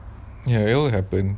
ya it'll happen